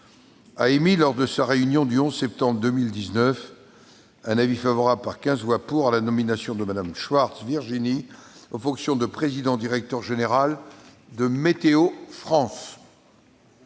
a émis, lors de sa réunion du 11 septembre 2019, un avis favorable, par 15 voix pour, à la nomination de Mme Virginie Schwarz aux fonctions de président-directeur général de Météo France.